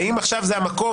האם עכשיו זה המקום,